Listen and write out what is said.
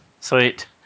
Sweet